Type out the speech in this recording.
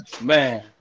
Man